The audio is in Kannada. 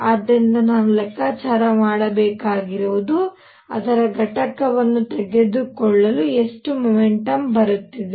ಆದ್ದರಿಂದ ನಾನು ಲೆಕ್ಕಾಚಾರ ಮಾಡಬೇಕಾಗಿರುವುದು ಅದರ ಘಟಕವನ್ನು ತೆಗೆದುಕೊಳ್ಳಲು ಎಷ್ಟು ಮೊಮೆಂಟಮ್ ಬರುತ್ತಿದೆ